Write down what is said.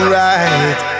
right